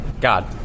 God